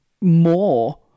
more